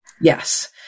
Yes